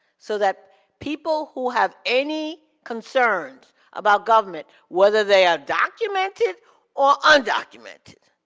so that people who have any concerns about government, whether they are documented or undocumented,